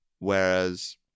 whereas